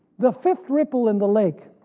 the fifth ripple in the lake,